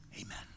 amen